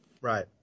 right